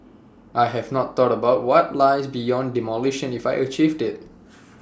I have not thought about what lies beyond demolition if I achieve IT